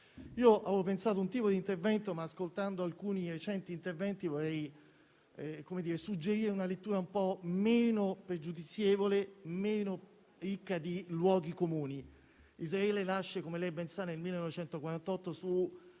un certo tipo di intervento, ma ascoltandone alcuni recenti interventi vorrei suggerire una lettura un po' meno pregiudizievole, meno ricca di luoghi comuni. Israele nasce, come lei ben sa, nel 1948 da